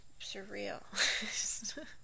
surreal